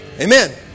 amen